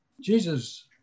Jesus